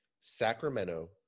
Sacramento